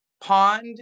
pond